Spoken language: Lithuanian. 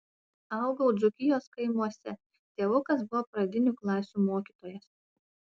augau dzūkijos kaimuose tėvukas buvo pradinių klasių mokytojas